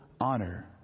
Honor